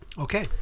Okay